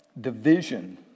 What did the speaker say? division